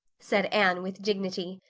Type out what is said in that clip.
said anne with dignity.